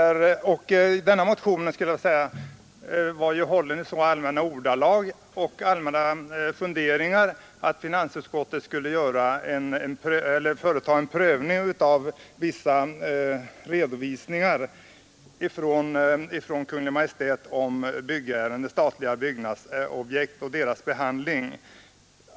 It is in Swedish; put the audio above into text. Motionen var hållen i allmänna ordalag. Där fanns funderingar om att finansutskottet borde företa en prövning av vissa redovisningar från Kungl. Maj:t om statliga byggnadsobjekt och deras behandling.